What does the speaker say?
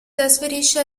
trasferisce